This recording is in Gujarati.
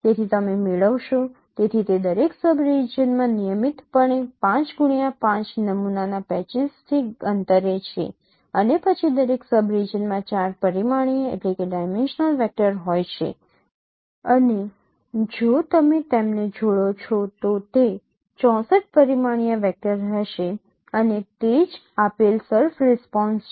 તેથી તમે મેળવશો તેથી તે દરેક સબ રિજિયનમાં નિયમિતપણે 5x5 નમૂનાના પેચીસથી અંતરે છે અને પછી દરેક સબ રિજિયનમાં 4 પરિમાણીય વેક્ટર હોય છે અને જો તમે તેમને જોડો છો તો તે 64 પરિમાણીય વેક્ટર હશે અને તે જ આપેલ સર્ફ રિસ્પોન્સ છે